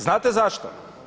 Znate zašto?